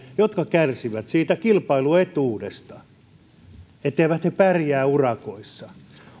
jotka kärsivät siitä kilpailuetuudesta jonka tähden he eivät pärjää urakoissa